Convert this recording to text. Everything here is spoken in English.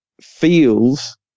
feels